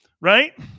Right